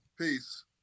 peace